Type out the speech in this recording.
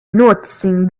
noticing